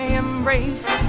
embrace